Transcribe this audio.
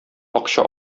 акча